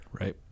Right